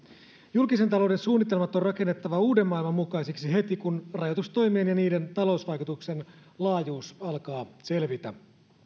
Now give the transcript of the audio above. julkisen talouden suunnitelmat on rakennettava uuden maailman mukaisiksi heti kun rajoitustoimien ja niiden talousvaikutuksien laajuus alkaa selvitä